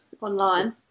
online